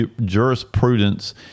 jurisprudence